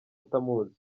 atamuzi